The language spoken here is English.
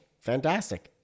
Fantastic